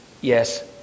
Yes